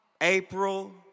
April